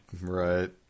Right